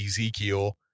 Ezekiel